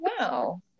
wow